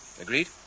Agreed